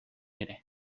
ere